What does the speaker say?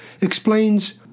explains